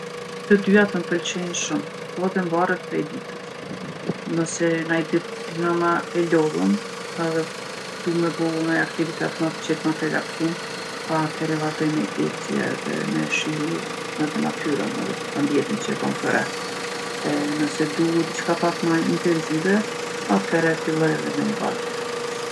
Të dyjat m'pelqejin shumë. Po edhe mvaret prej ditës. Nëse naj ditë ndihna ma e lodhun edhe du me bo naj aktivitet ma t'qetë, ma t'relaksum, athere vazhdoj me ecje edhe me shiju edhe natyrën edhe ambijentin që e kom përreth. E nëse du diçka pak ma intenzive, athere filloj edhe me ngajtë.